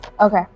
Okay